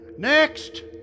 Next